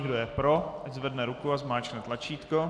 Kdo je pro, ať zvedne ruku a zmáčkne tlačítko.